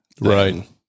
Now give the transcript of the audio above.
right